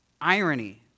irony